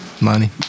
Money